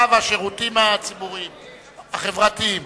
והשירותים החברתיים,